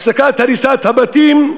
הפסקת הריסת הבתים,